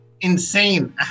insane